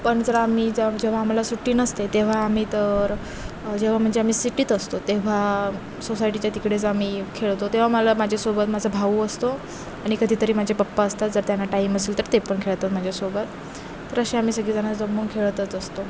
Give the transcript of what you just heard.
पण जर आम्ही जेव्हा आम्हाला सुट्टी नसते तेव्हा आम्ही तर जेव्हा म्हणजे आम्ही सिटीत असतो तेव्हा सोसायटीच्या तिकडेच आम्ही खेळतो तेव्हा मला माझ्यासोबत माझा भाऊ असतो आणि कधीतरी माझे पप्पा असतात जर त्यांना टाईम असेल तर ते पण खेळतात माझ्यासोबत तर असे आम्ही सगळीजणं जमून खेळतच असतो